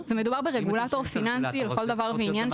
מדובר ברגולטור פיננסי לכל דבר ועניין,